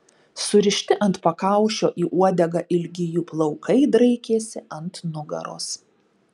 surišti ant pakaušio į uodegą ilgi jų plaukai draikėsi ant nugaros